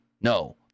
No